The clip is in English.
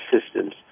systems